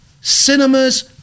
cinemas